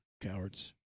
cowards